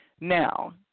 Now